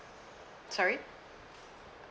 sorry